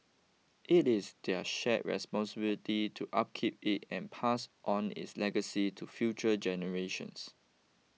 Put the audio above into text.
it is their shared responsibility to upkeep it and pass on its legacy to future generations